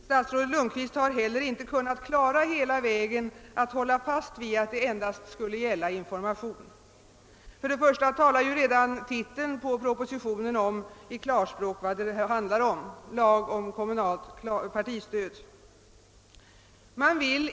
Statsrådet Lundkvist har heller inte kunnat klara att hela vägen hålla fast vid att det endast skulle gälla information. Redan titeln på propositionen talar i klartext om vad det handlar om: lag om partistöd.